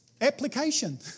Application